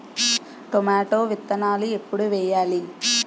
Tomato విత్తనాలు ఎప్పుడు వెయ్యాలి?